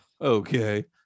Okay